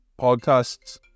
podcasts